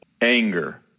anger